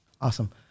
Awesome